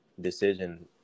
decision